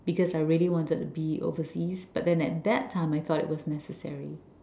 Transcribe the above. because I really wanted to be overseas but then at that time I thought it was necessary